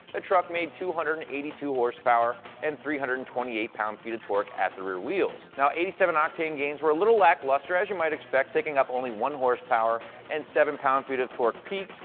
truck made two hundred and eighty two horsepower and three hundred and twenty eight pound feet of torque at the rear wheels. now, eighty seven octane gains were a little lackluster, as you might expect, picking up only one horsepower and seven pound feet of torque feet,